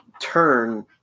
turn